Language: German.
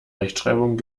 rechtschreibung